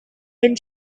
dan